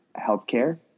healthcare